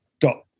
got